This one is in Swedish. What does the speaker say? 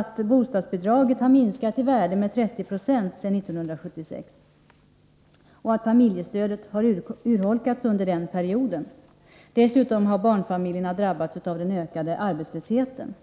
att bostadsbidraget har minskat i värde med ca 30 96 sedan 1976 och att familjestödet har urholkats under den perioden. Dessutom har barnfamiljerna drabbats av den ökade arbetslösheten.